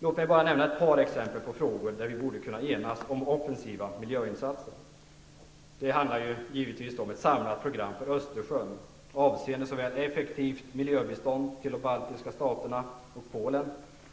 Låt mig bara nämna ett par exempel på frågor där vi borde kunna enas om offensiva miljöinsatser. Min första fråga gäller ett samlat miljöprogram för Östersjön avseende såväl ett effektivt miljöbistånd till de baltiska staterna och Polen